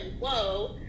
Whoa